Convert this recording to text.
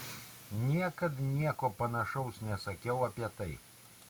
niekad nieko panašaus nesakiau apie tai